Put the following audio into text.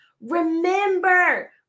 Remember